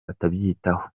batabyitaho